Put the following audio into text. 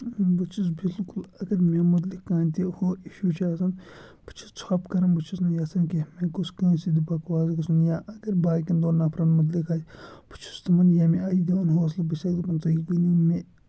بہٕ چھُس بِلکُل اَگر مےٚ متعلِق کانٛہہ تہِ ہُہ اِشوٗ چھُ آسان بہٕ چھُس ژھۄپ کَران بہٕ چھُس نہٕ یَژھان کینٛہہ مےٚ گوٚژھ کٲنٛسہِ سۭتۍ بَکواس گژھُن یا اگر باقِیَن دۄن نَفرَن متعلِق آسہِ بہٕ چھُس تِمَن ییٚمۍ آیہِ دِوان حوصلہٕ بہٕ چھُ سَکھ دَپان تُہۍ کٕنِو مےٚ